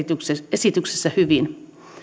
esityksessä hyvin